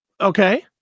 Okay